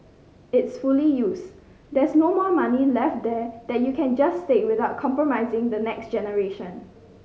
it's fully used there's no more money left there that you can just take without compromising the next generation